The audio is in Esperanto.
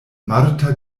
marta